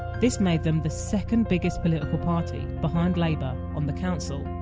this made them the second biggest political party, behind labour, on the council.